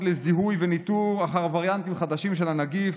לזיהוי וניטור וריאנטים חדשים של הנגיף,